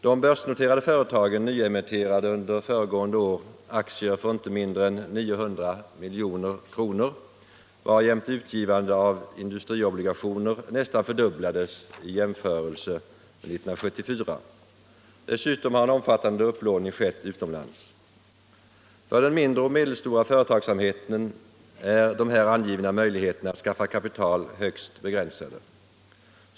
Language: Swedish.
De börsnoterade företagen nyemitterade under föregående år aktier för inte mindre än 900 milj.kr., varjämte utgivandet av industriobligationer nästan fördubblades i jämförelse med 1974. Dessutom har en omfattande upplåning skett utomlands. För den mindre och medelstora företagsamheten är de här angivna möjligheterna att skaffa kapital högst begränsade.